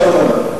תקשיב עד הסוף.